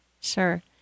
sure